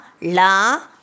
La